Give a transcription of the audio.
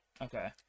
okay